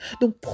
Donc